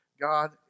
God